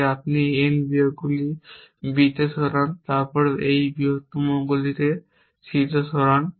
যে আপনি n বিয়োগগুলিকে B তে সরান তারপর এই বৃহত্তমটিকে C এ সরান